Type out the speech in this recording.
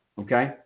Okay